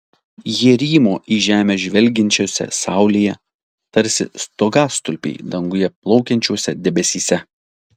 jie rymo į žemę žvelgiančioje saulėje tarsi stogastulpiai danguje plaukiančiuose debesyse